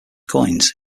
coins